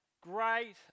great